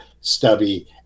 stubby